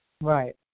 Right